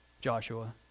Joshua